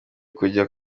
kujya